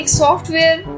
software